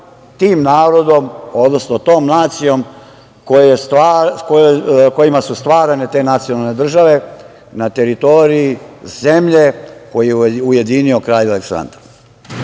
tim narodom, odnosno tom nacijom kojima su stvarane te nacionalne države na teritoriji zemlje koju je ujedinio kralj Aleksandar. Onog